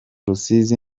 rusizi